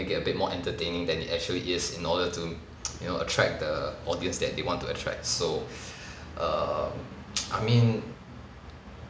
it a bit more entertaining than it actually is in order to you know attract the audience that they want to attract so err I mean